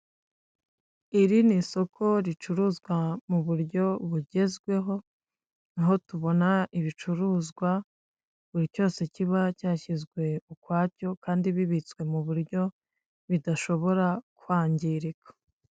Iri ni isoko ricuruzwa mu buryo bugezweho aho tubona ibicuruzwa buri cyose kiba cyasizwe ukwacyo, kandi bibitswe mu buryo bidashobora kwangirika.